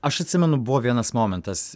aš atsimenu buvo vienas momentas